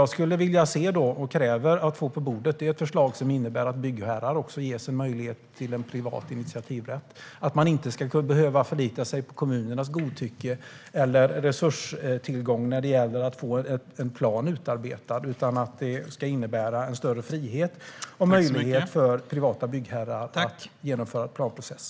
Jag skulle vilja se och kräver att få på bordet ett förslag som innebär att byggherrar också ges möjlighet till privat initiativrätt. Man ska inte behöva förlita sig på kommunernas godtycke eller resurstillgång när det gäller att få en plan utarbetad. Det skulle innebära en större frihet och möjlighet för privata byggherrar att genomföra en planprocess.